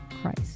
Christ